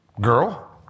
girl